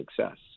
success